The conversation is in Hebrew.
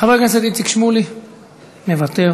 חבר הכנסת איציק שמולי, מוותר.